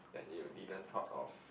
that you didn't thought of